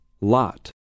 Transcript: Lot